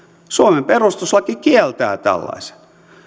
suomen perustuslaki kieltää tällaisen